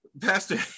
Pastor